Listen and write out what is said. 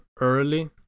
early